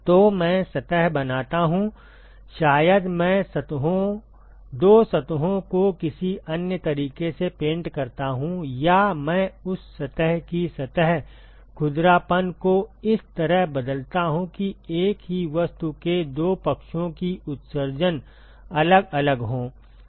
तो मैं सतह बनाता हूं शायद मैं सतहों दो सतहों को किसी अन्य तरीके से पेंट करता हूं या मैं उस सतह की सतह खुरदरापन को इस तरह बदलता हूं कि एक ही वस्तु के दो पक्षों की उत्सर्जन अलग अलग हो